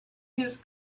his